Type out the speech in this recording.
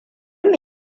mu